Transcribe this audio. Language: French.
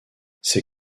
ses